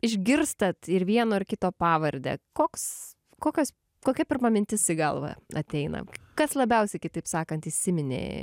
išgirstat ir vieno ar kito pavardę koks kokios kokia pirma mintis į galvą ateina kas labiausiai kitaip sakant įsiminė